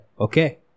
okay